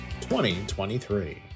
2023